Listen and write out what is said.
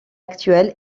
actuel